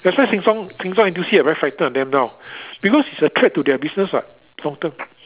that's why Sheng-Siong Sheng-Siong N_T_U_C like very frightened of them now because it's a threat to their business what long term